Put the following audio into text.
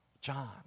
John